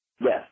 Yes